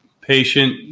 patient